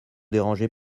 dérangez